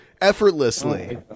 effortlessly